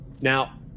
Now